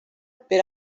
per